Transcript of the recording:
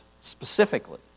specifically